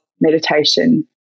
meditation